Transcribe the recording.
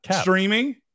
streaming